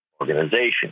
organization